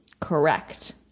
Correct